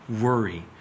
worry